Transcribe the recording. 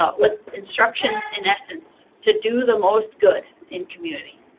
ah with instructions, in essence, to do the most good in community.